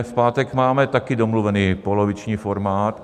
V pátek máme také domluvený poloviční formát.